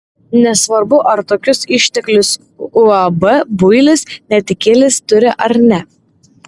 nesvarbu ar tokius išteklius uab builis netikėlis turi ar ne